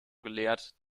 gelehrt